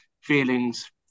feelings